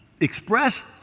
express